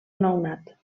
nounat